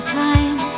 time